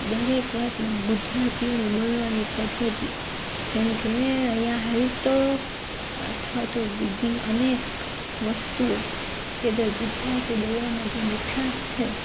દરેક વાતમાં ગુજરાતીઓની બોલવાની પદ્ધતિ જેમકે એ અહીંયાં હાલ તો અથવા તો બીજી અનેક વસ્તુઓ કે જે ગુજરાતી બોલવામાં જે મીઠાશ છે